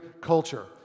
culture